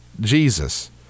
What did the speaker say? Jesus